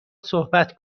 صحبت